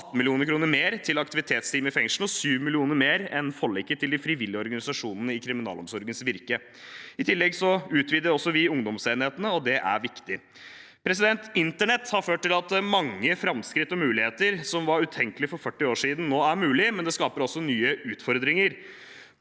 18 mill. kr mer til aktivitetsteam i fengslene og 7 mill. kr mer enn forliket til de frivillige organisasjonene i kriminalomsorgens virke. I tillegg utvider også vi ungdomsenhetene, og det er viktig. Internett har ført til at mange framskritt og muligheter som var utenkelig for 40 år siden, nå er mulig, men det skaper også nye utfordringer.